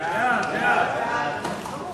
הצעת ועדת העבודה,